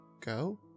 go